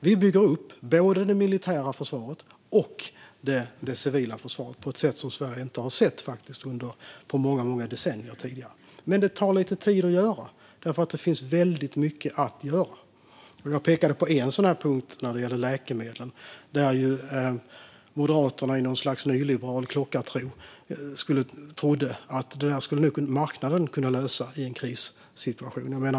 Vi bygger upp både det militära försvaret och det civila försvaret på ett sätt som Sverige inte har sett på många decennier. Men det tar tid att göra eftersom det finns mycket att göra. Jag pekade på en punkt i fråga om läkemedlen. Moderaterna trodde i något slags nyliberal anda att marknaden skulle lösa den frågan i en krissituation.